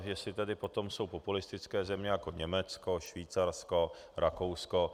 Jestli tedy potom jsou populistické země jako Německo, Švýcarsko, Rakousko...